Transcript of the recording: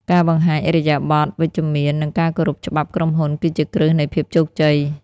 ការបង្ហាញឥរិយាបថវិជ្ជមាននិងការគោរពច្បាប់ក្រុមហ៊ុន គឺជាគ្រឹះនៃភាពជោគជ័យ។